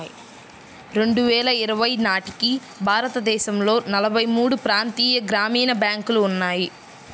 రెండు వేల ఇరవై నాటికి భారతదేశంలో నలభై మూడు ప్రాంతీయ గ్రామీణ బ్యాంకులు ఉన్నాయి